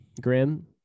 grim